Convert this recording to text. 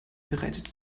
bereitet